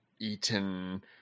eaten